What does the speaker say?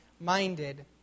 minded